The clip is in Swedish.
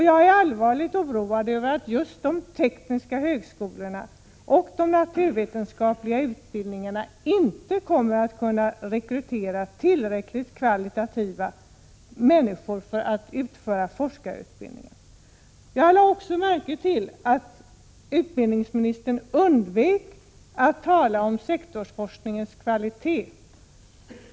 Jag är allvarligt oroad över att just de tekniska högskolorna och de naturvetenskapliga utbildningarna inte kommer att kunna rekrytera tillräckligt med goda krafter för att kunna utföra forskarutbildning. Jag lade också märke till att utbildningsministern undvek att tala om sektorsforskningens kvalitet.